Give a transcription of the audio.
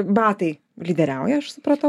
batai lyderiauja aš supratau